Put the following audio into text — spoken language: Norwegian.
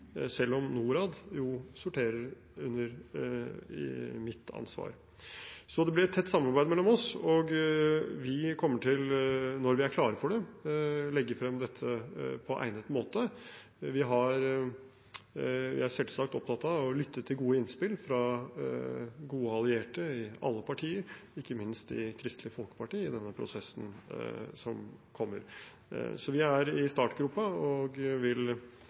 selv om Norad sorterer under mitt ansvar. Så det blir et tett samarbeid mellom oss, og når vi er klare for det, kommer vi til å legge dette frem på egnet måte. Vi er selvsagt opptatt av å lytte til gode innspill fra gode allierte i alle partier, ikke minst i Kristelig Folkeparti, i den prosessen som kommer. Så vi er i startgropen, og vi vil